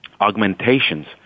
augmentations